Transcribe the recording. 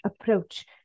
approach